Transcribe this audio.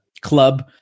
club